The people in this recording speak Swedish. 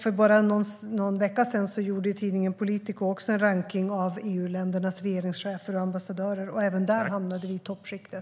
För bara någon vecka sedan gjorde tidningen Politico en rankning av EU-ländernas regeringschefer och ambassadörer. Även där hamnade vi i toppskiktet.